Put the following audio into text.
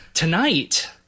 Tonight